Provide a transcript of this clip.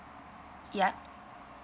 yup